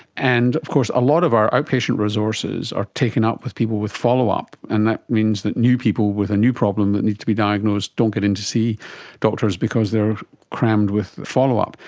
and of course a lot of our outpatient resources are taken up with people with follow-up, and that means that new people with a new problem that needs to be diagnosed don't get in to see doctors because they are cramped with follow-up.